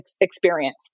experience